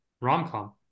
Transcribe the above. rom-com